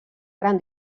gran